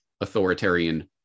authoritarian